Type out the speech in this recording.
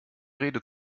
rede